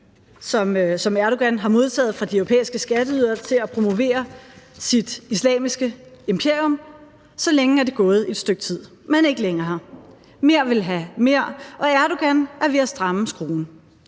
som Erdogan har modtaget fra de europæiske skatteydere til at promovere sit islamiske imperium, så længe er det gået, men ikke længere. Mere vil have mere, og Erdogan er ved at stramme skruen.